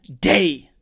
day